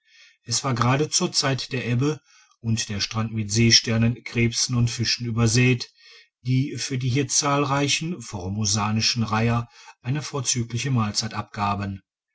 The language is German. es war gerade zur zeit der ebbe und der strand mit seesternen krebsen and fischen übersät die für die hier zahlreichen f ormosanischen reiher eine vorzügliche mahlzeit abgaben